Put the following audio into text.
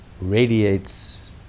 radiates